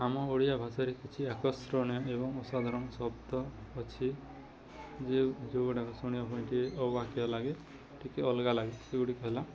ଆମ ଓଡ଼ିଆ ଭାଷାରେ କିଛି ଆକର୍ଷଣୀୟ ଏବଂ ଅସାଧାରଣ ଶବ୍ଦ ଅଛି ଯେଉଁ ଯେଉଁଗୁଡ଼ାକ ଶୁଣିବା ପାଇଁ ଟିକେ ଅବାଗିଆ ଲାଗେ ଟିକେ ଅଲଗା ଲାଗେ ସେଗୁଡ଼ିକ ହେଲା